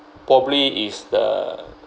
probably is the